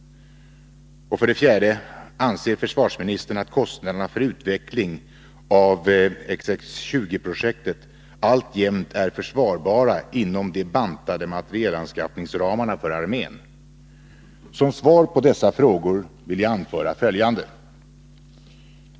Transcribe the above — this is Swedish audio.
4. Anser försvarsministern att kostnaderna för utveckling av XX 20 projektet alltjämt är försvarbara inom de bantade materielanskaffningsramarna för armén? Som svar på dessa frågor vill jag anföra följande.